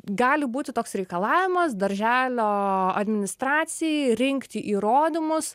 gali būti toks reikalavimas darželio administracijai rinkti įrodymus